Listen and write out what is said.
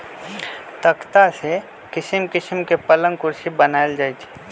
तकख्ता से किशिम किशीम के पलंग कुर्सी बनए छइ